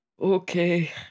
Okay